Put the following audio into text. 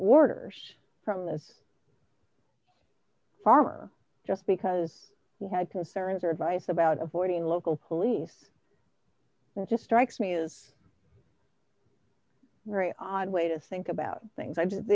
orders from this farmer just because he had concerns or advice about avoiding local police and just strikes me is very odd way to think about things i